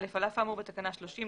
על אף האמור בתקנה 30,